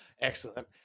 Excellent